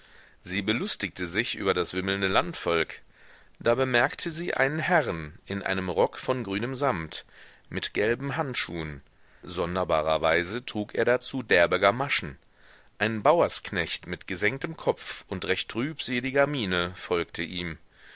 sie belustigte sich über das wimmelnde landvolk da bemerkte sie einen herrn in einem rock von grünem samt mit gelben handschuhen sonderbarerweise trug er dazu derbe gamaschen ein bauersknecht mit gesenktem kopf und recht trübseliger miene folgte ihm